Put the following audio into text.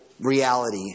reality